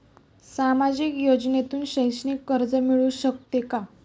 सामाजिक योजनेतून शैक्षणिक कर्ज मिळू शकते का?